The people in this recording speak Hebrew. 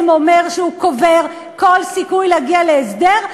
אומר שהוא קובר כל סיכוי להגיע להסדר,